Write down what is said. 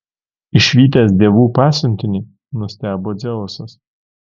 išvydęs dievų pasiuntinį nustebo dzeusas